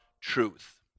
truth